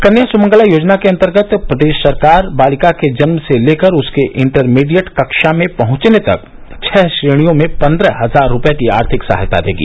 कन्या सुमंगला योजना के अंतर्गत प्रदेश सरकार बालिका के जन्म से लेकर उसके इंटरमीडिएट कक्षा में पहुंचने तक छह श्रेणियों में पंद्रह हजार रूपये को आर्थिक सहायता देगी